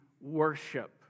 worship